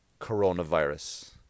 coronavirus